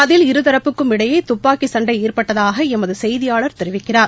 அதில் இருதரப்புக்கும் இடையேதுப்பாக்கிசண்டைஏற்பட்டதாகஎமதுசெய்தியாளர் தெரிவிக்கிறார்